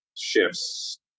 shifts